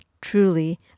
truly